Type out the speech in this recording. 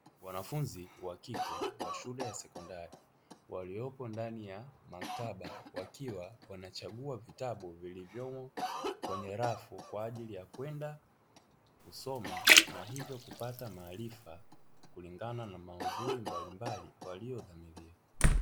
Wanafunzi wa kike wa shule ya sekondari, waliopo ndani ya maktaba wakiwa wanachagua vitabu vilivyomo kwenye rafu kwa ajili ya kwenda kusoma, na hivyo kupata maarifa kulingana na maudhui mbalimbali waliyodhamiria.